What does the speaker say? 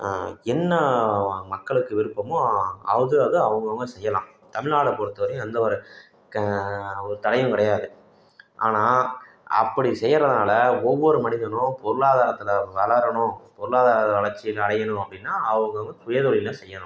என்ன மக்களுக்கு விருப்பமோ அது அது அவங்கவுங்க செய்யலாம் தமிழ்நாடை பொறுத்த வரையும் எந்த ஒரு ஒரு தடையும் கிடையாது ஆனால் அப்படி செய்கிறனால ஒவ்வொரு மனிதனும் பொருளாதாரத்தில் வளரணும் பொருளாதார வளர்ச்சி அடையணும் அப்படின்னா அவங்கவுங்க சுய தொழில் தான் செய்யணும்